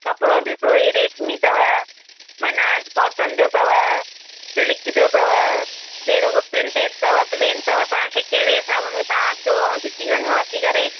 कपिड़ो ॾिसो ई रेशमी अथव माना कॉटन जो अथव सिल्क जो अथव जहिड़ो त प्रिंटेड अथव प्लेन अथव तव्हांखे कहिड़े हिसाब में तव्हां अचो ऐं ॾिसी वञो अची करे